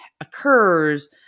occurs